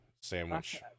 sandwich